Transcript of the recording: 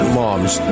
moms